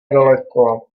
daleko